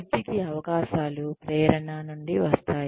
వృద్ధికి అవకాశాలు ప్రేరణ నుండి వస్థాయి